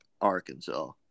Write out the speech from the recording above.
Arkansas